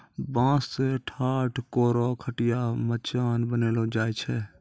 बांस सें ठाट, कोरो, खटिया, मचान बनैलो जाय छै